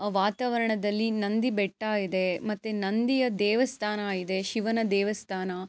ವಾತಾವರಣದಲ್ಲಿ ನಂದಿ ಬೆಟ್ಟ ಇದೆ ಮತ್ತು ನಂದಿಯ ದೇವಸ್ಥಾನ ಇದೆ ಶಿವನ ದೇವಸ್ಥಾನ